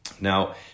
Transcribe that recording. Now